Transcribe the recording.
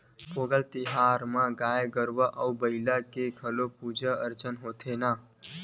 पोंगल तिहार म गरूवय अउ बईला के घलोक पूजा अरचना होथे न